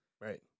right